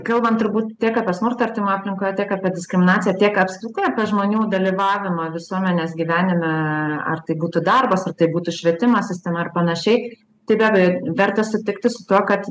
kalbant turbūt tiek apie smurtą artimoj aplinkoj tiek apie diskriminaciją tiek apskritai apie žmonių dalyvavimą visuomenės gyvenime ar tai būtų darbas ar tai būtų švietimo sistema ar panašiai tai be abejo verta sutikti su tuo kad